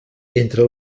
entre